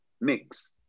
mix